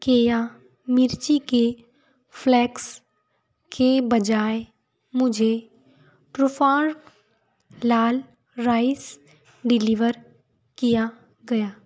केया मिर्ची के फ्लैक्स के बजाय मुझे ट्रूफार्म लाल राइस डिलीवर किया गया